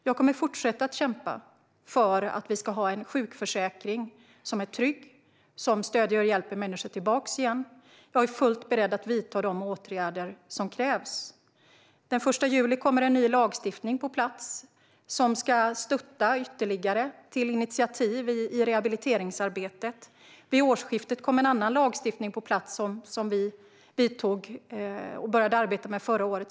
Jag kommer att fortsätta att kämpa för att vi ska ha en sjukförsäkring som är trygg och som stöder och hjälper människor tillbaka igen. Jag är fullt beredd att vidta de åtgärder som krävs. Den 1 juli kommer en ny lagstiftning på plats. Den ska ge ytterligare stöd för initiativ i rehabiliteringsarbetet. Vid årsskiftet kom en annan lagstiftning på plats som vi började arbeta med under förra året.